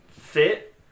fit